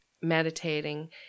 meditating